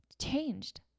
changed